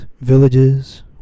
villages